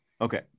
Okay